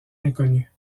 inconnues